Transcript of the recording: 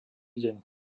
deň